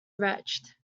wretched